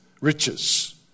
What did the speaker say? riches